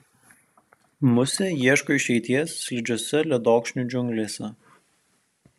musė ieško išeities slidžiose ledokšnių džiunglėse